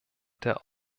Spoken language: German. der